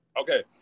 Okay